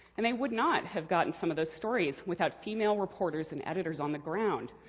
and they would not have gotten some of those stories without female reporters and editors on the ground,